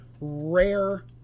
rare